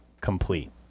Complete